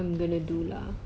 second hand